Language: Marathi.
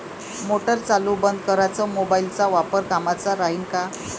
मोटार चालू बंद कराच मोबाईलचा वापर कामाचा राहीन का?